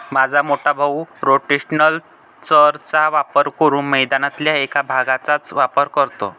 माझा मोठा भाऊ रोटेशनल चर चा वापर करून मैदानातल्या एक भागचाच वापर करतो